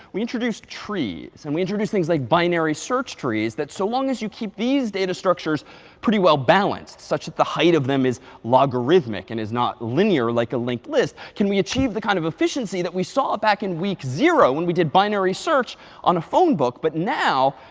we introduced trees, and we introduced things like binary search trees, that so long as you keep these data structures pretty well balanced, such that the height of them is logarithmic and is not linear like a linked list, can we achieve the kind of efficiency that we saw back in week zero when we did binary search on a phone book. but now,